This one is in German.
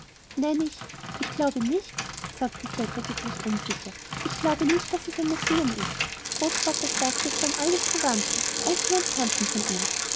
nein ich ich glaube nicht sagte cedrik etwas unsicher ich glaube nicht daß es ein museum ist großvater sagt das alles seien verwandte onkel und tanten von ihm